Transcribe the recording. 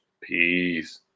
Peace